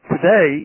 Today